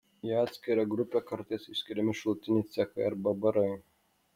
į atskirą grupę kartais išskiriami šalutiniai cechai arba barai